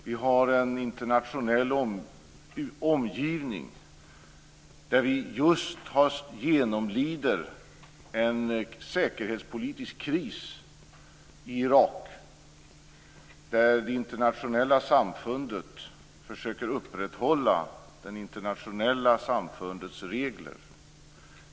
Vi har en internationell omgivning där vi just genomlider en säkerhetspolitisk kris i Irak och där det internationella samfundet försöker upprätthålla det internationella samfundets regler.